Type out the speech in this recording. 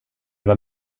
var